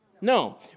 No